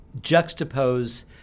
juxtapose